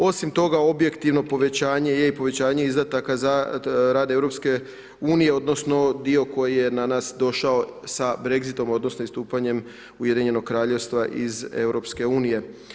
Osim toga objektivno povećanje je i povećanje izdataka za rad Europske unije odnosno dio koji je na nas došao sa Brexitom odnosno istupanjem Ujedinjenog Kraljevstva iz Europske unije.